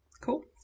cool